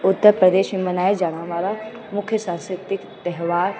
उत्तर प्रदेश में मनाए ॼाणण वारा मुख्य सांस्कृतिक त्योहार